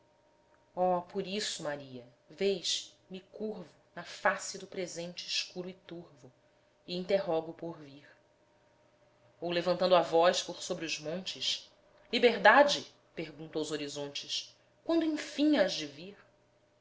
oh por isso maria vês me curvo na face do presente escuro e turvo e interrogo o porvir ou levantando a voz por sobre os montes liberdade pergunto aos horizontes quando enfim hás